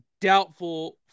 doubtful